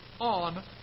on